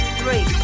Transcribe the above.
three